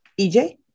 EJ